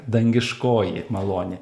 dangiškoji malonė